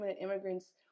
immigrants